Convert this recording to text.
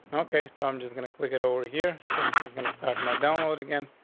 okay, so i'm just gonna click it over here. so this is gonna start my download again.